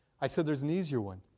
i said there's an easier one.